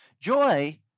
Joy